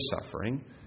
suffering